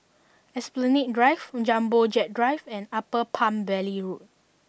Esplanade Drive Jumbo Jet Drive and Upper Palm Valley Road